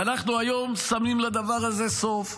ואנחנו היום שמים לדבר הזה סוף,